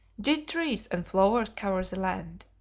did trees and flowers cover the land?